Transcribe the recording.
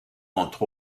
entre